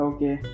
Okay